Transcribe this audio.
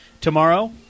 Tomorrow